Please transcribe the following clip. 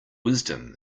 wisdom